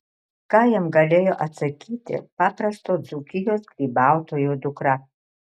ką jam galėjo atsakyti paprasto dzūkijos grybautojo dukra